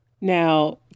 Now